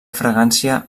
fragància